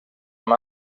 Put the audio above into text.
amb